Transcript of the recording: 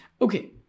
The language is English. Okay